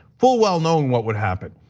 full well knowing what would happen.